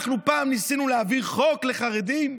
אנחנו פעם ניסינו להעביר חוק לחרדים?